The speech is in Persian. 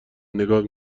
نگات